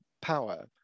power